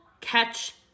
catch